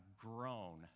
grown